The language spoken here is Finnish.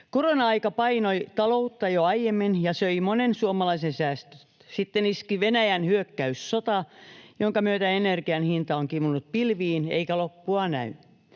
Korona-aika painoi taloutta jo aiemmin ja söi monen suomalaisen säästöt. Sitten iski Venäjän hyökkäyssota, jonka myötä energianhinta on kivunnut pilviin, eikä loppua näy.